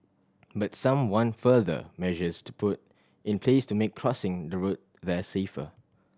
but some want further measures to put in place to make crossing the road there safer